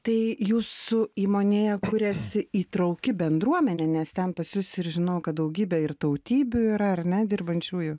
tai jūsų įmonėje kuriasi į trauki bendruomenė nes ten pas jus ir žinau kad daugybė ir tautybių yra ar ne dirbančiųjų